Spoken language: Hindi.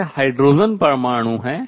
यह हाइड्रोजन परमाणु है